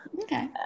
Okay